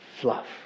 fluff